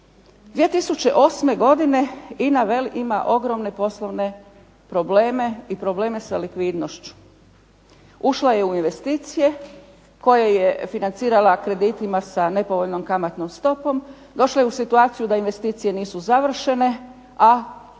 2008. godine INA ima ogromne poslovne probleme i probleme sa likvidnošću. Ušla je u investicije koja je financirala kreditima sa nepovoljnom kamatnom stopom, došla je u situaciju da investicije nisu završene, a kredita